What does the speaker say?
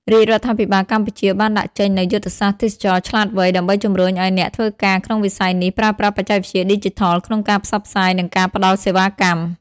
រាជរដ្ឋាភិបាលកម្ពុជាបានដាក់ចេញនូវយុទ្ធសាស្ត្រទេសចរណ៍ឆ្លាតវៃ ដើម្បីជំរុញឱ្យអ្នកធ្វើការក្នុងវិស័យនេះប្រើប្រាស់បច្ចេកវិទ្យាឌីជីថលក្នុងការផ្សព្វផ្សាយ និងការផ្តល់សេវាកម្ម។